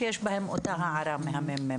שיש בהם את אותה הערה מהממ"מ.